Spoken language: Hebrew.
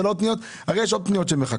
זה לעוד פניות הרי יש עוד פניות שמחכות.